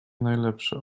najlepsze